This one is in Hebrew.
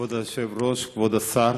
כבוד היושב-ראש, כבוד השר,